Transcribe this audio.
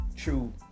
true